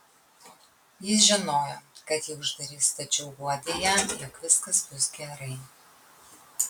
jis žinojo kad jį uždarys tačiau guodė ją jog viskas bus gerai